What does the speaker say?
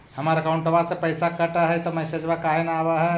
हमर अकौंटवा से पैसा कट हई त मैसेजवा काहे न आव है?